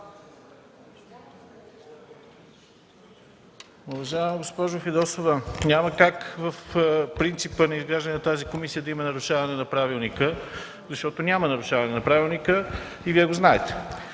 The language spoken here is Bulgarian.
Уважаема госпожо Фидосова, няма как в принципа на изграждане на тази комисия да има нарушаване на Правилника, защото няма нарушаване на Правилника и Вие го знаете.